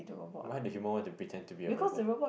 why Nemo want to pretend to be a robot